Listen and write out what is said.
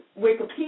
Wikipedia